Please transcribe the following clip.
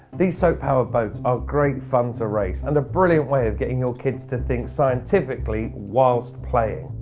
these soap powered boats are great fun to race, and a brilliant way of getting your kids to think scientifically whilst playing.